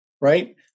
right